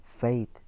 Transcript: faith